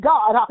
God